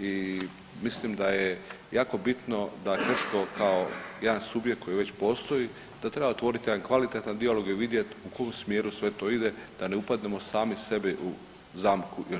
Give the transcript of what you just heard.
i mislim da je jako bitno da Krško kao jedan subjekt koji već postoji da treba otvoriti jedan kvalitetan dijalog i vidjet u kom smjeru sve to ide da ne upadnemo sami sebi u zamku još veću.